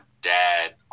dad